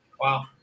Wow